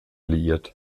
liiert